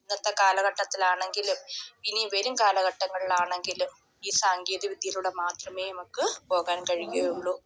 ഇന്നത്തെ കാലഘട്ടത്തിലാണെങ്കിലും ഇനി വരും കാലഘട്ടങ്ങളിൽ ആണെങ്കിലും ഈ സാങ്കേതിക വിദ്യയിലൂടെ മാത്രമേ നമുക്ക് പോകാൻ കഴിയുകയുള്ളൂ